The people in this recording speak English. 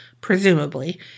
presumably